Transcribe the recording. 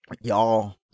y'all